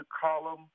column